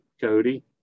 Cody